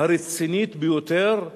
הרצינית ביותר.